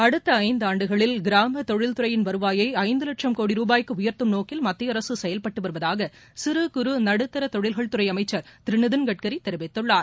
அடுக்க ஐந்து ஆண்டுகளில் கிராம தொழில்துறையின் வருவாயை ஐந்து வட்சம் கோடி ருபாய்க்கு உயர்த்தும் நோக்கில் மத்திய அரசு செயல்பட்டு வருவதாக சிறுகுறு நடுத்தர தொழில்கள் துறை அமைச்சர் திரு நிதின் கட்கரி தெரிவித்துள்ளார்